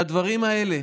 הדברים האלה,